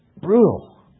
Brutal